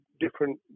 different